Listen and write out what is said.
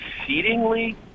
exceedingly